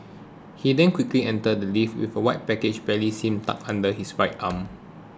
he then quickly enters the lift with a white package barely seen tucked under his right arm